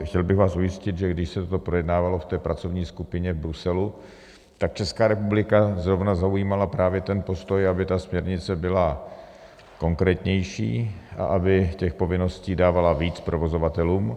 Chtěl bych vás ujistit, že když se toto projednávalo v pracovní skupině v Bruselu, tak Česká republika zrovna zaujímala právě ten postoj, aby ta směrnice byla konkrétnější a aby těch povinností dávala víc provozovatelům.